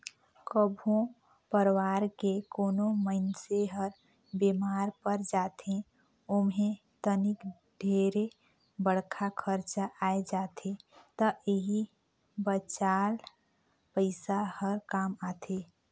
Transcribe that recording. कभो परवार के कोनो मइनसे हर बेमार पर जाथे ओम्हे तनिक ढेरे बड़खा खरचा आये जाथे त एही बचाल पइसा हर काम आथे